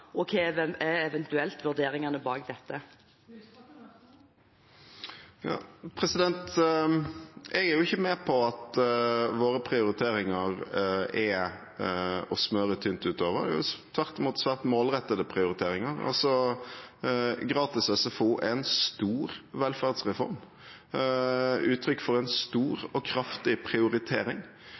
og hva er eventuelt vurderingene bak dette? Jeg er ikke med på at våre prioriteringer er å smøre tynt utover. Det er tvert imot svært målrettede prioriteringer. Gratis SFO er en stor velferdsreform – uttrykk for en stor og kraftig prioritering.